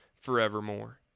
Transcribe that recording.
forevermore